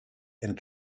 and